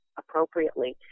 appropriately